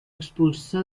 expulsó